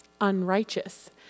unrighteous